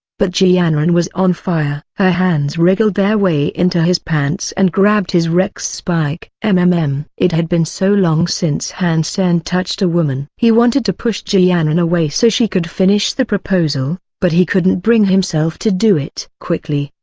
but ji yanran was on fire. her hands wriggled their way into his pants and grabbed his rex spike. um mmm. um it had been so long since han sen touched a woman. he wanted to push ji yanran away so she could finish the proposal, but he couldn't bring himself to do it. quickly,